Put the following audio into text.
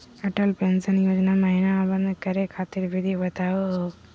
Atal pension Yojana महिना आवेदन करै खातिर विधि बताहु हो?